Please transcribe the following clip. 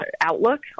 outlook